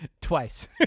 twice